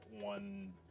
one